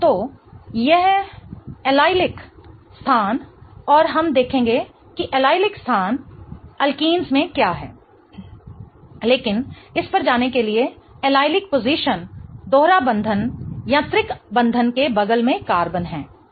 तो यह एलीलिक स्थान और हम देखेंगे कि एलीलिक स्थान अल्किनन्स में क्या हैं लेकिन इस पर जाने के लिए एलिलिक पोज़िशन दोहरा बंधन या त्रिक बंधन के बगल में कार्बन हैं सही